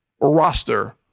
roster